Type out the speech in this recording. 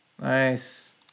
Nice